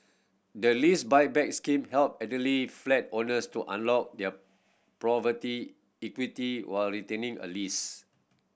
the Lease Buyback Scheme help elderly flat owners to unlock their property equity while retaining a lease